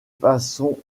façon